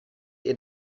ihr